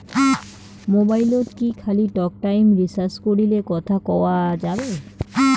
মোবাইলত কি খালি টকটাইম রিচার্জ করিলে কথা কয়া যাবে?